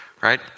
right